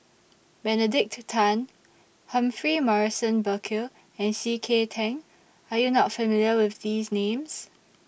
Benedict Tan Humphrey Morrison Burkill and C K Tang Are YOU not familiar with These Names